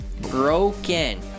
broken